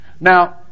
Now